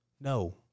No